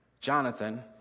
Jonathan